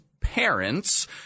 parents